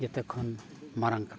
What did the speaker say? ᱡᱚᱛᱚ ᱠᱷᱚᱱ ᱢᱟᱨᱟᱝ ᱠᱟᱛᱷᱟ